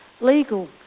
legal